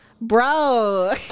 bro